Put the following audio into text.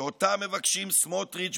שאותה מבקשים סמוטריץ',